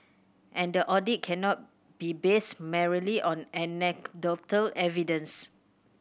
and the audit cannot be based merely on anecdotal evidence